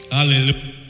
Hallelujah